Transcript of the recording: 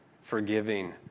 forgiving